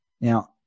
Now